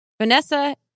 Vanessa